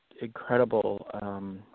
incredible –